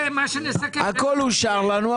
הכול אושר לנו,